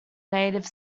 native